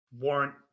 warrant